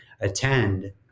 attend